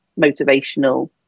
motivational